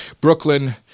Brooklyn